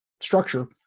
structure